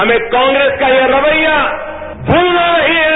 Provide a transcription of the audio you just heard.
हमें कांग्रेस का यह रवैया भूलना नहीं है